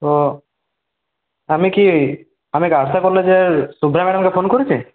তো আমি কি আমি কি আদ্রা কলেজের শুভ্রা ম্যাডামকে ফোন করেছি